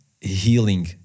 healing